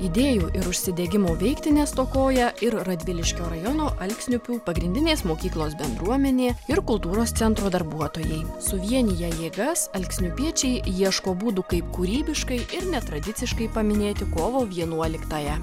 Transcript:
idėjų ir užsidegimu veikti nestokoja ir radviliškio rajono alksniupių pagrindinės mokyklos bendruomenė ir kultūros centro darbuotojai suvieniję jėgas alksniupiečiai ieško būdų kaip kūrybiškai ir netradiciškai paminėti kovo vienuoliktąją